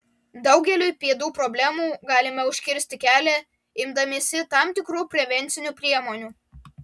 daugeliui pėdų problemų galime užkirsti kelią imdamiesi tam tikrų prevencinių priemonių